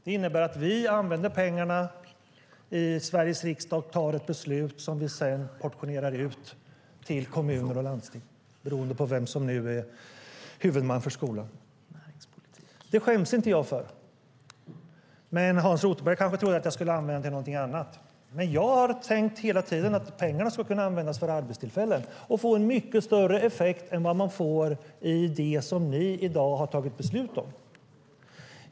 Det innebär att vi använder pengarna i Sveriges riksdag. Vi fattar ett beslut, och vi portionerar sedan ut pengarna till kommuner och landsting beroende på vem som är huvudman för skolan. Det skäms inte jag för. Hans Rothenberg kanske trodde att jag skulle använda pengarna till någonting annat. Men jag har hela tiden tänkt att pengarna ska kunna användas för arbetstillfällen. Då får man mycket större effekt än vad man får i det som ni i dag har fattat beslut om.